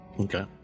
Okay